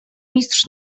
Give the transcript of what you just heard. mistrz